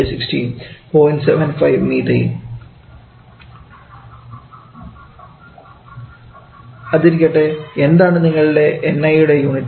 75 🡪CH4 അതിരിക്കട്ടെ എന്താണ് ഈ ni യുടെ യൂണിറ്റ്